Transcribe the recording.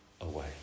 away